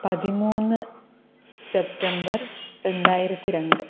പതിമൂന്ന് സെപ്റ്റംബർ രണ്ടായിരത്തിരണ്ട്